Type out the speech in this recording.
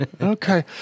Okay